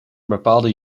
bepaalde